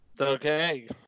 Okay